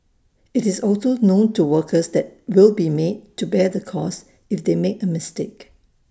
IT is also known to workers that they will be made to bear the cost if they make A mistake